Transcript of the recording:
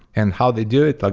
and how they do it, like